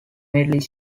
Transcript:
middle